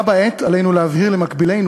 בה בעת עלינו להבהיר למקבילינו,